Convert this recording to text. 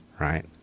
right